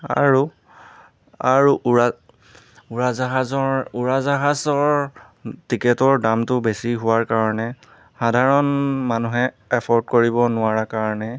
আৰু আৰু উৰা উৰাজাহাজৰ উৰাজাহাজৰ টিকেটৰ দামটো বেছি হোৱাৰ কাৰণে সাধাৰণ মানুহে এফৰ্ড কৰিব নোৱাৰা কাৰণে